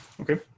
Okay